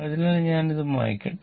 അതിനാൽ ഞാൻ അത് മായ്ക്കട്ടെ